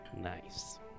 nice